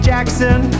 Jackson